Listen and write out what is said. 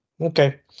okay